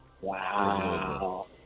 Wow